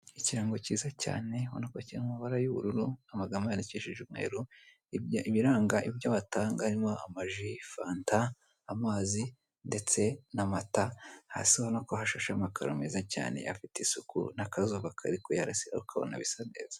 Ikirango kiza cyane ubona ko kiri mu mabara y'ubururu, amagambo yandikishije umweru, ibiranga ibyo batanga harimo amaji, fanta, amazi , ndetse n'amata, hasi ubona ko hashashe amakaro meza cyane afite isuko n'akazuba kari kuyarasiraho, ukaba ubona ko bisa neza.